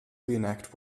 reenact